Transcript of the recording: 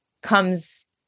comes